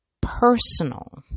personal